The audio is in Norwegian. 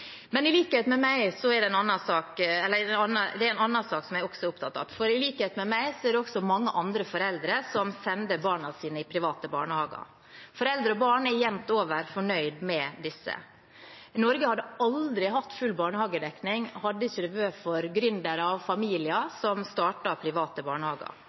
Det er en annen sak jeg også er opptatt av. I likhet med meg er det mange foreldre som sender barna sine i private barnehager. Foreldre og barn er jevnt over fornøyd med disse. Norge hadde aldri hatt full barnehagedekning hvis det ikke hadde vært for gründere og familier som starter private barnehager.